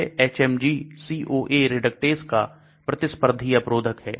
यह HMG CoA reductase का प्रतिस्पर्धी अवरोधक है